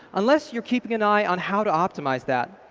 unless you're keeping an eye on how to optimize that.